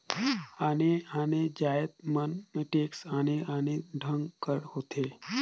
आने आने जाएत मन में टेक्स आने आने ढंग कर होथे